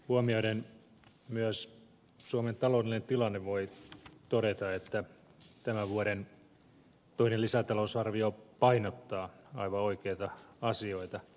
huomioiden myös suomen taloudellisen tilanteen voi todeta että tämän vuoden toinen lisätalousarvio painottaa aivan oikeita asioita